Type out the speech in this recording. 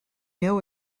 know